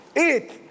Eat